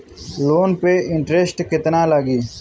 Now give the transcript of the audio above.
Loan पे interest केतना लागी?